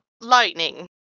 lightning